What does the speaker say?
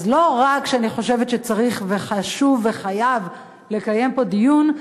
אז לא רק שאני חושבת שצריך וחשוב וחייב לקיים פה דיון,